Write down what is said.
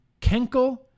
Kenkel